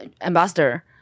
ambassador